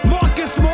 Marcus